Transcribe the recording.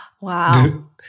Wow